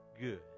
good